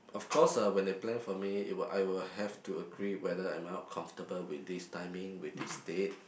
of course uh when they plan for me it will I will have to agree whether am I comfortable with this timing with this date